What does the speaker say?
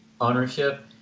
ownership